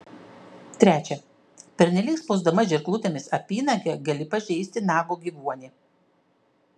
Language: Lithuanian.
trečia pernelyg spausdama žirklutėmis apynagę gali pažeisti nago gyvuonį